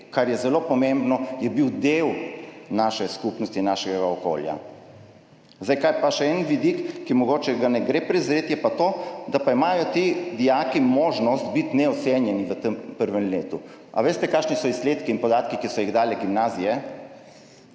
Kar je zelo pomembno, bil je del naše skupnosti, našega okolja. Še en vidik, ki ga ne gre prezreti, je pa to, da imajo ti dijaki možnost biti neocenjeni v tem prvem letu. Veste, kakšni so izsledki in podatki, ki so jih dale gimnazije?